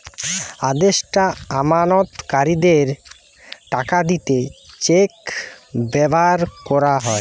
আদেষ্টা আমানতকারীদের টাকা দিতে চেক ব্যাভার কোরা হয়